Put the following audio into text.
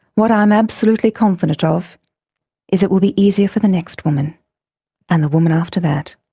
what i am absolutely confident of is it will be easier for the next woman and the woman after that.